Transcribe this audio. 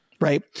Right